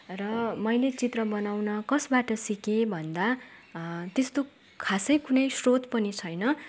र मैले चित्र बनाउन कसबाट सिकेँ भन्दा त्यस्तो खासै कुनै स्रोत पनि छैन